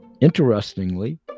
Interestingly